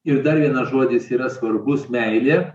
ir dar vienas žodis yra svarbus meilė